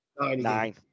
Nine